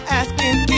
asking